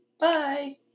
bye